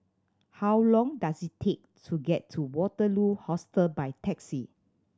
how long does it take to get to Waterloo Hostel by taxi